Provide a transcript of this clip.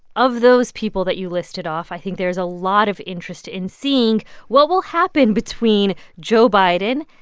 of those people that you listed off, i think there's a lot of interest in seeing what will happen between joe biden,